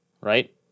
Right